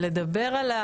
ולדבר על זה.